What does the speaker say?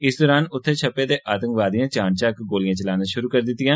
इस दरान उत्थें छप्पे दे आतंकवादिएं चानचक्क गोलियां चलाना शुरू करी दित्तियां